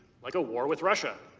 like a war with russia!